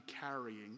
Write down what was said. carrying